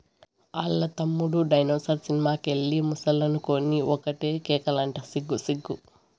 ఆల్ల తమ్ముడు dinosaur cinema కెళ్ళి ముసలనుకొని ఒకటే కేకలంట సిగ్గు సిగ్గు